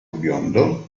biondo